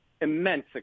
immense